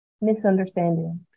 Misunderstanding